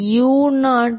மாணவர் u0